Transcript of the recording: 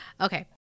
Okay